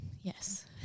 Yes